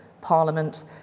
Parliament